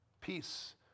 Peace